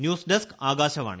news desk Akashvani